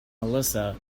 melissa